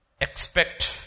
expect